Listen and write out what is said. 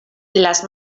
las